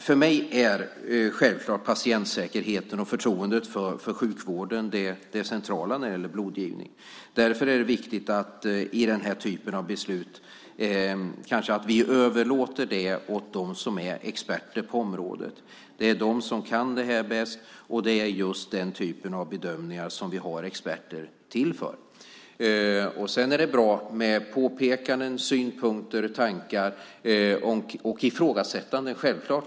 För mig är självklart patientsäkerheten och förtroendet för sjukvården centrala när det gäller blodgivning. Därför är det viktigt att den typen av beslut överlåts åt dem som är experter på området. De kan detta bäst, och det är för just den typen av bedömningar som vi har experter. Sedan är det bra med påpekanden, synpunkter, tankar och ifrågasättanden av regler.